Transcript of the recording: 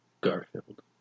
Garfield